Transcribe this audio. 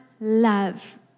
love